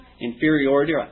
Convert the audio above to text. inferiority